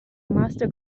master